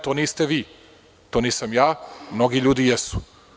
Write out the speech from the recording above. To niste vi, to nisam ja, ali mnogi ljudi jesu.